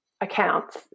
accounts